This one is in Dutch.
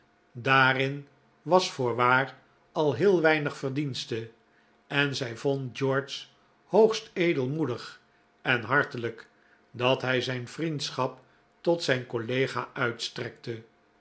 daarin was voorwaar al heel weinig verdienste en zij vond george hoogst edelmoedig en hartelijk dat hij zijn vriendschap tot zijn collega uitstrekte